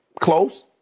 Close